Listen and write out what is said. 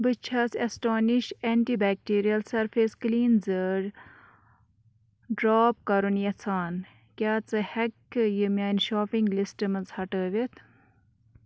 بہٕ چھَس اٮ۪سٹانِش antibacterial surface cleanser drop کرُن یژھان کیٛاہ ژٕ ہٮ۪ککھٕ یہِ میٛانہِ شاپِنٛگ لِسٹ منٛز ہَٹٲوِتھ